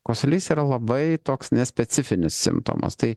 kosulys yra labai toks nespecifinis simptomas tai